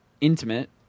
intimate